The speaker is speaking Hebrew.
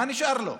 מה נשאר לו?